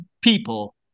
people